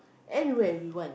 anywhere we want